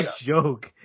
joke